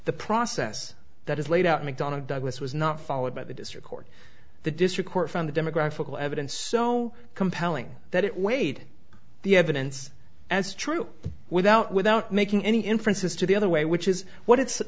the process that is laid out mcdonnell douglas was not followed by the district court the district court from the demographical evidence so compelling that it weighed the evidence as true without without making any inferences to the other way which is what i